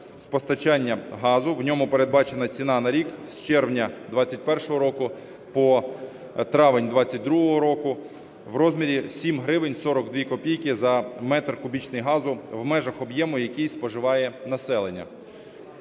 постачання газу. В ньому передбачена ціна на рік з червня 21-го року по травень 22-го року в розмірі 7 гривень 42 копійки за метр кубічний газу в межах об'єму, який споживає населення.